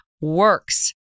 works